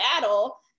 battle